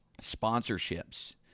sponsorships